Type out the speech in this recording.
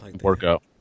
workout